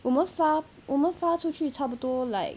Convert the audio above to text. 我们发我们发出去差不多 like